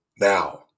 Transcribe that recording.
now